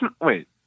wait